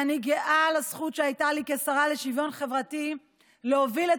ואני גאה על הזכות שהייתה לי כשרה לשוויון חברתי להוביל את